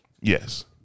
Yes